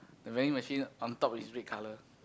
the vending machine on top is red colour